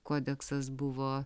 kodeksas buvo